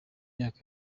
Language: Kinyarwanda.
myaka